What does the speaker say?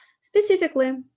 Specifically